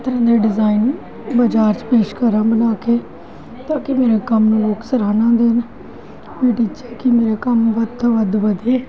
ਤਰ੍ਹਾਂ ਤਰ੍ਹਾਂ ਦੇ ਡਿਜ਼ਾਇਨ ਬਾਜ਼ਾਰ 'ਚ ਪੇਸ਼ ਕਰਾ ਬਣਾ ਕੇ ਤਾਂ ਕਿ ਮੇਰੇ ਕੰਮ ਨੂੰ ਲੋਕ ਸਰਾਹਨਾ ਦੇਣ ਮੇਰਾ ਟੀਚਾ ਹੈ ਕਿ ਮੇਰਾ ਕੰਮ ਵੱਧ ਤੋਂ ਵੱਧ ਵਧੇ